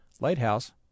lighthouse